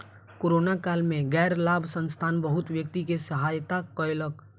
corona काल में गैर लाभ संस्थान बहुत व्यक्ति के सहायता कयलक